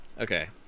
Okay